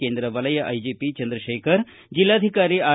ಕೇಂದ್ರ ವಲಯ ಐಜಿಪಿ ಚಂದ್ರಶೇಖರ್ ಜಿಲ್ಲಾಧಿಕಾರಿ ಆರ್